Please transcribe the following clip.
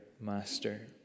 master